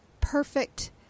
perfect